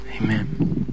amen